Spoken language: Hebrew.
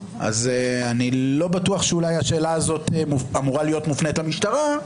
אז אני לא בטוח שהשאלה הזאת אמורה להיות מופנית למשטרה.